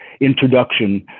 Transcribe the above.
introduction